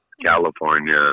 california